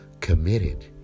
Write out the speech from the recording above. committed